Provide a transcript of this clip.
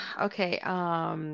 okay